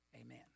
amen